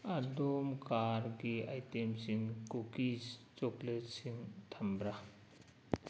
ꯑꯗꯣꯝ ꯀꯥꯔꯒꯤ ꯑꯥꯏꯇꯦꯝꯁꯤꯡ ꯀꯨꯀꯤꯁ ꯆꯣꯀ꯭ꯂꯦꯠꯁꯤꯡ ꯊꯝꯕ꯭ꯔꯥ